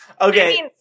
Okay